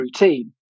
routine